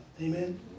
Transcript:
Amen